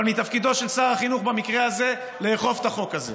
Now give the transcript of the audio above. אבל מתפקידו של שר החינוך במקרה הזה לאכוף את החוק הזה.